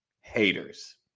haters